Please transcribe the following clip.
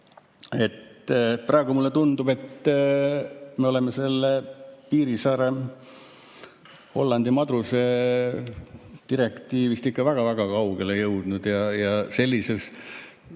Praegu mulle tundub, et me oleme selle Piirissaare Hollandi madruse direktiivist ikka väga-väga kaugele jõudnud ja sellises